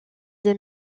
des